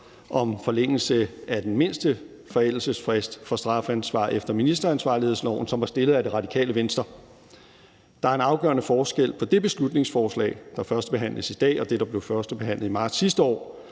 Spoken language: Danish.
om forlængelse af den mindste forældelsesfrist for strafansvar efter ministeransvarlighedsloven. Der er en afgørende forskel på det beslutningsforslag, der førstebehandles i dag, og det, der blev førstebehandlet i marts sidste år,